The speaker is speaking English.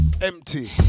Empty